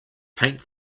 paint